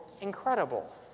incredible